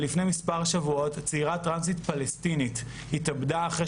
לפני מספר שבועות צעירה טרנסית פלסטינית התאבדה אחרי